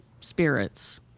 spirits